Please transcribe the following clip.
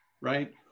right